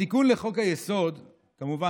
התיקון לחוק-היסוד" כמובן,